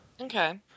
Okay